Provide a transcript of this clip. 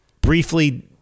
briefly